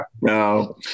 No